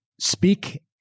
Speak